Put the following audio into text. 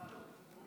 מזל טוב.